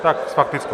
Tak s faktickou...